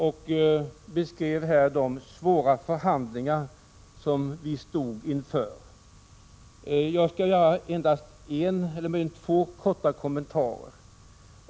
Han beskrev de svåra förhandlingar som vi står inför. Jag skall göra endast två korta kommentarer.